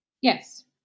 yes